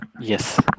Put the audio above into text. Yes